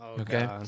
Okay